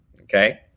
okay